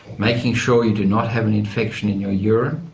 making sure you do not have any infection in your urine,